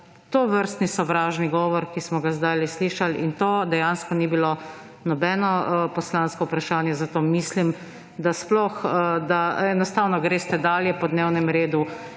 tovrstni sovražni govor, ki smo ga zdajle slišali. In to dejansko ni bilo nobeno poslansko vprašanje, zato mislim, da enostavno greste dalje po dnevnem redu